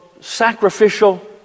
sacrificial